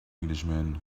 englishman